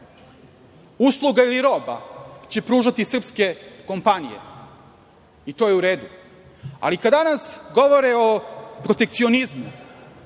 usluga ili roba će pružati srpske kompanije, i to je u redu. Kada danas govore o protekcionizmu